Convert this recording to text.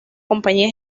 compañía